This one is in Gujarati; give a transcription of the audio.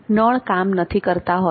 નળ કામ નથી કરતા હોતા